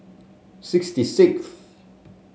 sixty sixth